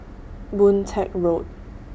Boon Teck Road